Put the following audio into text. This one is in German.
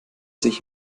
sich